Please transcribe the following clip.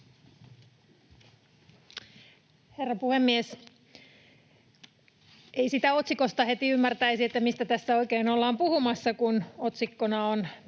Herra puhemies! Ei sitä otsikosta heti ymmärtäisi, mistä tässä oikein ollaan puhumassa, kun otsikossa on